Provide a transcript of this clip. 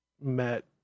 met